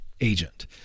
agent